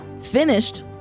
finished